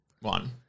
one